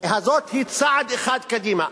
הזאת היא צעד אחד קדימה.